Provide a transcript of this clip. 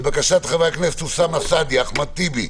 לבקשת חברי הכנסת אוסאמה סעדי, אחמד טיבי,